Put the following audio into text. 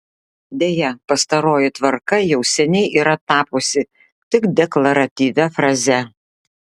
deja pastaroji tvarka jau seniai yra tapusi tik deklaratyvia fraze